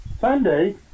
Sunday